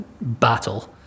battle